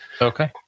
Okay